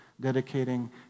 Dedicating